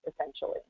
essentially